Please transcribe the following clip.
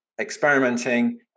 experimenting